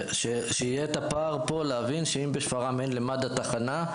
אם בשפרעם אין למד"א תחנה,